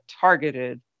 targeted